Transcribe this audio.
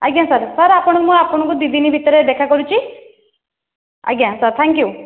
ଆଜ୍ଞା sir sir ଆପଣଙ୍କୁ ମୁଁ ଆପଣଙ୍କୁ ଦୁଇ ଦିନ ଭିତରେ ଦେଖା କରୁଛି ଆଜ୍ଞା ସାର୍ ଥ୍ୟାଙ୍କ୍ ୟୁ